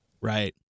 Right